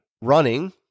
running